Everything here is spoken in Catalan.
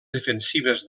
defensives